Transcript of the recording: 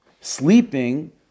sleeping